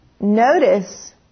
Notice